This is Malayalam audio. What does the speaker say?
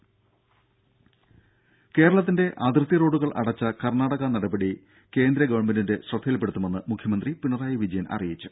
രും കേരളത്തിന്റെ അതിർത്തി റോഡുകൾ അടച്ച കർണ്ണാടക നടപടി കേന്ദ്ര ഗവൺമെന്റിന്റെ ശ്രദ്ധയിൽപെടുത്തുമെന്ന് മുഖ്യമന്ത്രി പിണറായി വിജയൻ അറിയിച്ചു